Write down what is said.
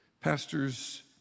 pastors